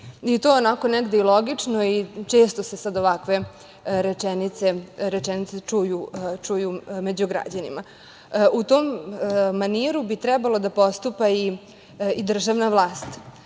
To je onako negde i logično. Često se sada ovakve rečenice čuju među građanima.U tom maniru bi trebalo da postupa i državna vlast.